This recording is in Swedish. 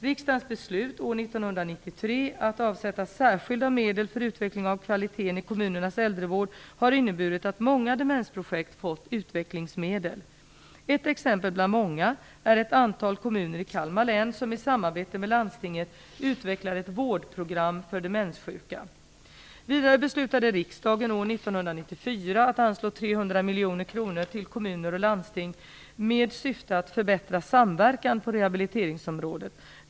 Riksdagens beslut år 1993 att avsätta särskilda medel för utveckling av kvaliteten i kommunernas äldrevård har inneburit att många demensprojekt fått utvecklingsmedel. Ett exempel bland många är ett antal kommuner i Kalmar län som i samarbete med landstinget utvecklar ett vårdprogram för demenssjuka. Vidare beslutade riksdagen år 1994 att anslå 300 miljoner kronor till kommuner och landsting med syfte att förbättra samverkan på rehabiliteringsområdet.